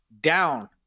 down